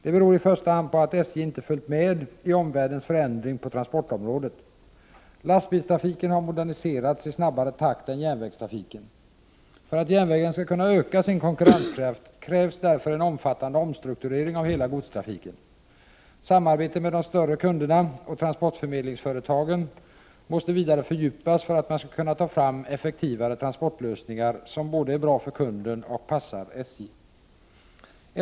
Det beror i första hand på att SJ inte följt med i omvärldens förändring på transportområdet. Lastbilstrafiken har moderniserats i snabbare takt än järnvägstrafiken. För att järnvägen skall kunna öka sin konkurrenskraft krävs därför en omfattande omstrukturering av hela godstrafiken. Samarbetet med de större kunderna och transportförmedlingsföretagen måste vidare fördjupas för att man skall kunna ta fram effektivare transportlösningar, som både är bra för kunden och passar SJ.